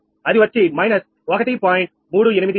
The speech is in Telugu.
అది వచ్చి − 1